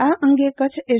આ અંગે કચ્છ એસ